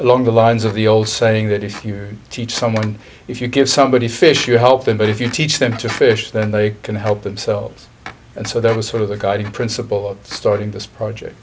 along the lines of the old saying that if you teach someone if you give somebody a fish you help them but if you teach them to fish then they can help themselves and so that was sort of the guiding principle of starting this project